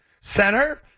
center